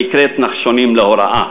הנקראת "נחשונים להוראה".